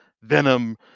Venom